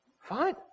Fine